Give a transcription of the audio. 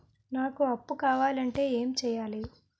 నాకు అప్పు కావాలి అంటే ఎం చేయాలి?